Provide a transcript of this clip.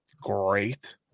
great